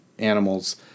animals